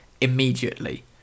immediately